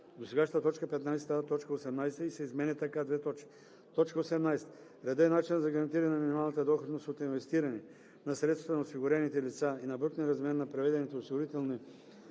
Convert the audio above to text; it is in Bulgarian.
Досегашната т. 15 става т. 18 и се изменя така: „18. реда и начина за гарантиране на минималната доходност от инвестиране на средствата на осигурените лица и на брутния размер на преведените осигурителни